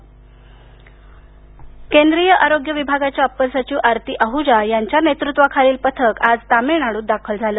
Covid पथक तमिळनाड् केंद्रीय आरोग्य विभागाच्या अपर सचिव आरती आहुजा यांच्या नेतृत्वाखालील पथक आज तमिळनाडूत दाखल झालं